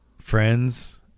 friends